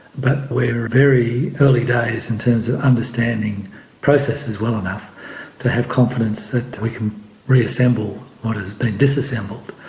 but we are very early days in terms of understanding processes well enough to have confidence that we can reassemble what has been disassembled.